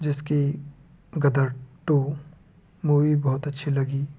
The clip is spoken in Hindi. जिसकी ग़दर टू मूवी बहुत अच्छी लगी